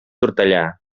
tortellà